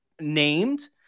named